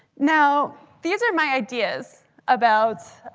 now these are my ideas about,